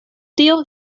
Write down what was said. tio